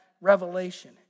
revelation